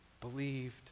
believed